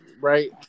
right